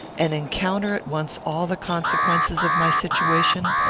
and encounter at once all the consequences of my situation?